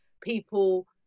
people